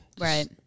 Right